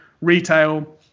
retail